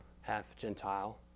half-Gentile